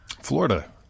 Florida